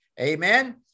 Amen